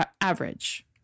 average